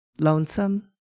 lonesome